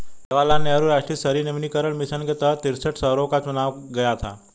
जवाहर लाल नेहरू राष्ट्रीय शहरी नवीकरण मिशन के तहत तिरेसठ शहरों को चुना गया था